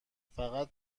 فقط